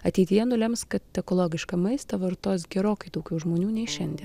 ateityje nulems kad ekologišką maistą vartos gerokai daugiau žmonių nei šiandien